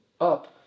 up